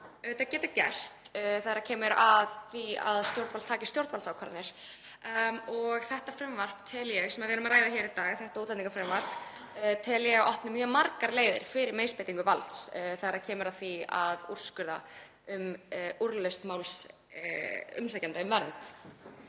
getur auðvitað gerst þegar kemur að því að stjórnvald taki stjórnvaldsákvarðanir. Það frumvarp sem við erum að ræða hér í dag, útlendingafrumvarpið, tel ég að opni mjög margar leiðir fyrir misbeitingu valds þegar kemur að því að úrskurða um úrlausn máls umsækjanda um vernd.